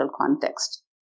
context